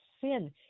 sin